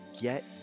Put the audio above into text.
get